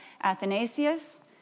Athanasius